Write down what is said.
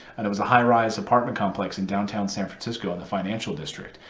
and it was a high rise apartment complex in downtown san francisco in the financial district.